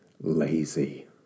lazy